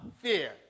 Fear